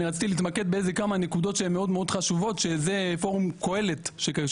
אני רציתי להתמקד בכמה נקודות מאוד חשובות שזה פורום קהלת.